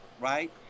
right